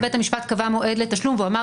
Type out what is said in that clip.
אם בית המשפט קבע מועד לתשלום ואמר